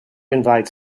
invite